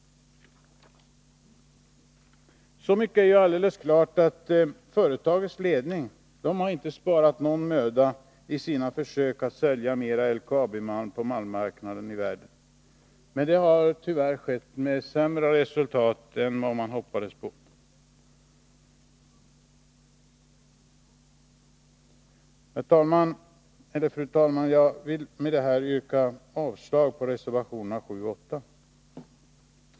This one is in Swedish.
Så mycket är ju alldeles klart som att företagets ledning inte har sparat någon möda i sina försök att sälja mera LKAB-malm på världens malmmarknader — tyvärr med betydligt sämre resultat än vad man hoppades på. Herr talman! Med detta yrkar jag avslag på reservationerna 7 och 8.